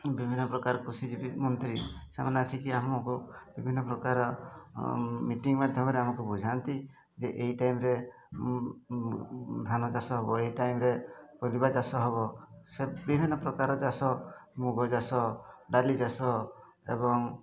ବିଭିନ୍ନ ପ୍ରକାର କୃଷି ମନ୍ତ୍ରୀ ସେମାନେ ଆସିକି ଆମକୁ ବିଭିନ୍ନ ପ୍ରକାର ମିଟିଂ ମାଧ୍ୟମରେ ଆମକୁ ବୁଝାନ୍ତି ଯେ ଏଇ ଟାଇମ୍ରେ ଧାନ ଚାଷ ହେବ ଏଇ ଟାଇମ୍ରେ ପରିବା ଚାଷ ହେବ ସେ ବିଭିନ୍ନ ପ୍ରକାର ଚାଷ ମୁଗ ଚାଷ ଡାଲି ଚାଷ ଏବଂ